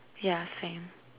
yeah same